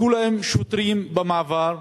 חיכו להם שוטרים במעבר,